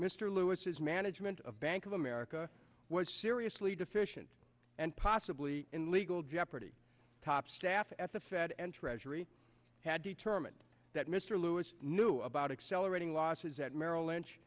mr lewis's management of bank of america was seriously deficient and possibly in legal jeopardy top staff at the fed and treasury had determined that mr lewis knew about accelerating losses at merrill lynch